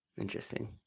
Interesting